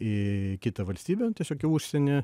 į kitą valstybę tiesiog į užsienį